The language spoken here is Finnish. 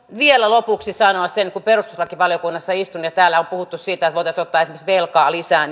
vielä lopuksi sanoa sen kun perustuslakivaliokunnassa istun ja täällä on puhuttu siitä että voitaisiin ottaa esimerkiksi velkaa lisää